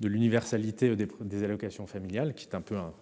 de l'universalité des des allocations familiales, qui est un peu un